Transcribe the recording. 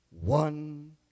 one